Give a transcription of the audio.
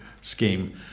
scheme